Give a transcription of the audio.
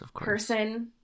person